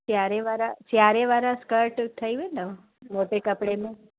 सियारे वारा सियारे वारा स्कर्ट ठही वेंदव मोटे कपिड़े में